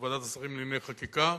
בוועדת השרים לענייני חקיקה,